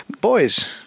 Boys